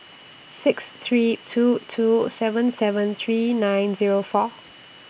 six three two two seven seven three nine Zero four